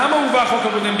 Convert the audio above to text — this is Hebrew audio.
למה הובא החוק הקודם?